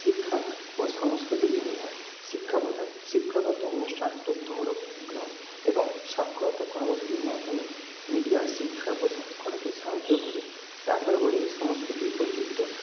শিক্ষা ও সাংস্কৃতিক বিনিময় শিক্ষা প্রধান শিক্ষাগত অনুষ্ঠান তথ্যমূলক গ্রাম এবং স্বাক্ষরতা কর্মসূচির মাধ্যমে মিডিয়া শিক্ষার প্রসার ঘটাতে সাহায্য করে তারপরে বলি সংস্কৃতির বৈচিত্র